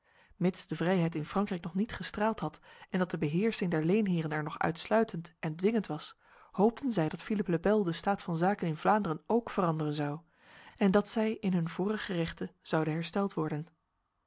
mits de vrijheid in frankrijk nog niet gestraald had en dat de beheersing der leenheren er nog uitsluitend en dwingend was hoopten zij dat philippe le bel de staat van zaken in vlaanderen ook veranderen zou en dat zij in hun vorige rechten zouden hersteld worden